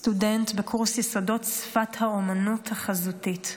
סטודנט בקורס יסודות שפת האומנות החזותית.